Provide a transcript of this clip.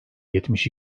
yetmiş